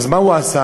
מה הוא עשה?